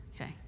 Okay